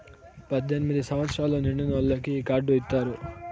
పద్దెనిమిది సంవచ్చరాలు నిండినోళ్ళకి ఈ కార్డు ఇత్తారు